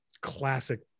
classic